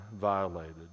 violated